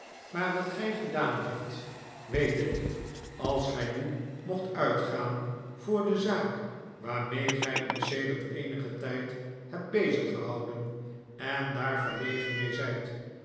maar wat gij gedaan hebt weet ik als gij nu mocht uitgaan voor de zaak waarmee gij u sedert eenigen tijd hebt beziggehouden en daar verlegen mee zijt